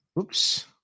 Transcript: Oops